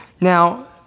Now